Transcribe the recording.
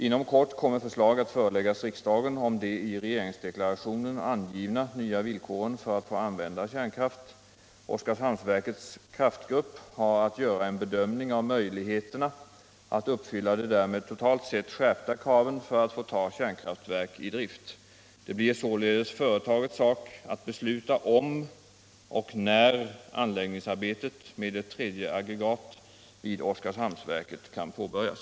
Inom kort kommer förslag att föreläggas riksdagen om de i regeringsdeklarationen angivna nya villkoren för att få använda kärnkraft. Oskarshamnsverkets kraftgrupp har att göra en bedömning av möjligheterna att uppfylla de därmed totalt sett skärpta kraven för att få ta kärnkraftverk i drift. Det blir således företagets sak att besluta om och när anläggningsarbetet med ett tredje aggregat vid Oskarshamnsverket kan påbörjas.